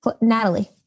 Natalie